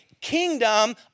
kingdom